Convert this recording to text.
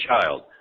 child